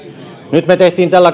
nyt me teimme tällä